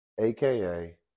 aka